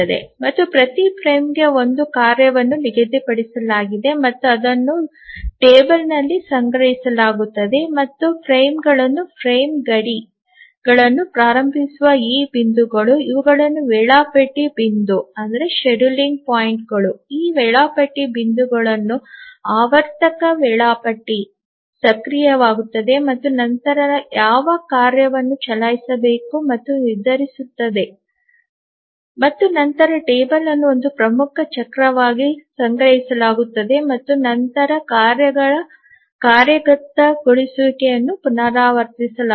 ಮತ್ತು ಪ್ರತಿ ಫ್ರೇಮ್ಗೆ ಒಂದು ಕಾರ್ಯವನ್ನು ನಿಗದಿಪಡಿಸಲಾಗಿದೆ ಮತ್ತು ಅದನ್ನು ಟೇಬಲ್ನಲ್ಲಿ ಸಂಗ್ರಹಿಸಲಾಗುತ್ತದೆ ಮತ್ತು ಫ್ರೇಮ್ಗಳು ಫ್ರೇಮ್ ಗಡಿಗಳನ್ನು ಪ್ರಾರಂಭಿಸುವ ಈ ಬಿಂದುಗಳು ಇವುಗಳು ವೇಳಾಪಟ್ಟಿ ಬಿಂದುಗಳು ಈ ವೇಳಾಪಟ್ಟಿ ಬಿಂದುಗಳಲ್ಲಿ ಆವರ್ತಕ ವೇಳಾಪಟ್ಟಿ ಸಕ್ರಿಯವಾಗುತ್ತದೆ ಮತ್ತು ನಂತರ ಯಾವ ಕಾರ್ಯವನ್ನು ಚಲಾಯಿಸಬೇಕು ಮತ್ತು ನಿರ್ಧರಿಸುತ್ತದೆ ಮತ್ತು ನಂತರ ಟೇಬಲ್ ಅನ್ನು ಒಂದು ಪ್ರಮುಖ ಚಕ್ರಕ್ಕಾಗಿ ಸಂಗ್ರಹಿಸಲಾಗುತ್ತದೆ ಮತ್ತು ನಂತರ ಕಾರ್ಯ ಕಾರ್ಯಗತ ಗೊಳಿಸುವಿಕೆಯನ್ನು ಪುನರಾವರ್ತಿಸಲಾಗುತ್ತದೆ